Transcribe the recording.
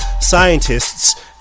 scientists